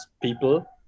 people